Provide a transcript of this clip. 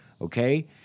okay